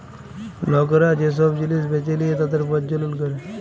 লকরা যে সব জিলিস বেঁচে লিয়ে তাদের প্রজ্বলল ক্যরে